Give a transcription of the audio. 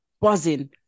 buzzing